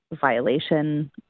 violation